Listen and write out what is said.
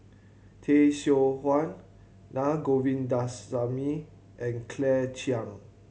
Tay Seow Huah Naa Govindasamy and Claire Chiang